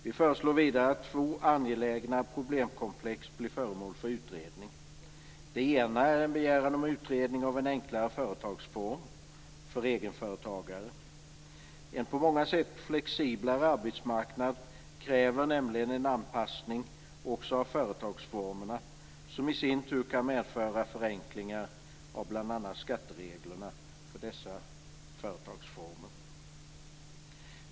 Vi föreslår vidare att två angelägna problemkomplex blir föremål för utredning. Det ena är en begäran om utredning av en enklare företagsform för egenföretagare. En på många sätt flexiblare arbetsmarknad kräver nämligen en anpassning också av företagsformerna, som i sin tur kan medföra förenklingar av bl.a.